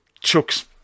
Chuck's